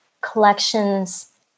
collections